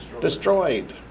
destroyed